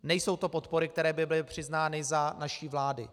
Nejsou to podpory, které by byly přiznány za naší vlády.